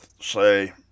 say